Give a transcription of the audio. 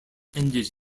ended